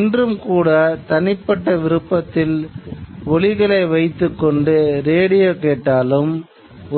இன்றும் கூட தனிப்பட்ட விருப்பத்தில் ஒலிகளை வைத்துக் கொண்டு ரேடியோ கேட்டாலும்